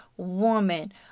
Woman